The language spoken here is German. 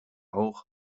auch